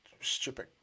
stupid